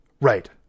Right